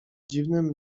dziwnym